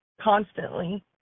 constantly